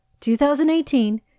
2018